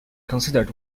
considered